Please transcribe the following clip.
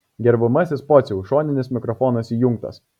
gerbiamasis pociau šoninis mikrofonas įjungtas